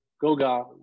Goga